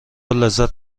لذت